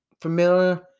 familiar